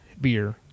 beer